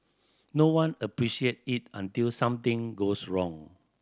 no one appreciate it until something goes wrong